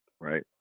right